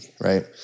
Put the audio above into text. right